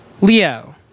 Leo